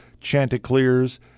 Chanticleers